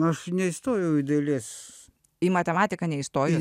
aš neįstojau į dalės į matematiką neįstojot